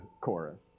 chorus